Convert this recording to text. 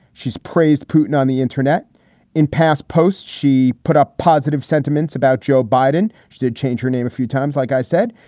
she's praised putin on the internet in past posts. she put up positive sentiments about joe biden. she did change her name a few times. like i said,